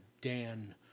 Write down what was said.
Dan